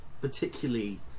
particularly